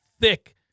thick